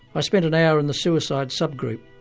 ah spent an hour in the suicide sub-group.